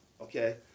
Okay